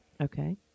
Okay